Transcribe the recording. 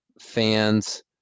fans